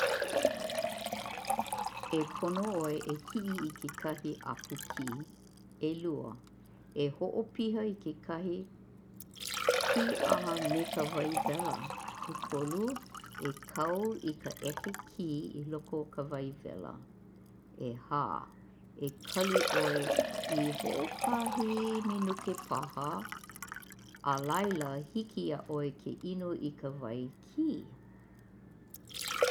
E pono 'oe e ki'i i kekahi 'apu kī. 'Elua, e ho'opiha i ke kī'aha me ka wai wela. 'Ekolu, e kau i ka 'eke kī i loko o ka wai wela. 'Ehā, E kali 'oe i ho'okahi minuke paha, alaila hiki iā'oe ke inu i kāu wai kī.